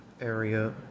area